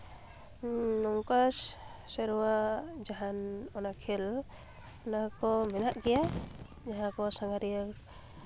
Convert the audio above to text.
ᱦᱮᱸ ᱱᱚᱝᱠᱟ ᱥᱮᱨᱣᱟ ᱡᱟᱦᱟᱱ ᱚᱱᱟ ᱠᱷᱮᱞ ᱚᱱᱟ ᱠᱚ ᱢᱮᱱᱟᱜ ᱜᱮᱭᱟ ᱡᱟᱦᱟᱸᱠᱚ ᱥᱟᱸᱜᱷᱟᱨᱤᱭᱟᱹ